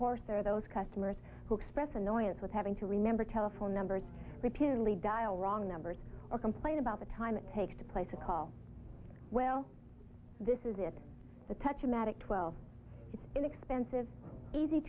course there are those customers who express annoyance with having to remember telephone numbers repeatedly dial wrong numbers or complain about the time it takes to place a call well this is it the touch of magic twelve it's inexpensive easy